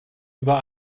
über